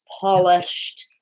polished